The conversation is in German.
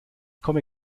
komme